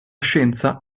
scienza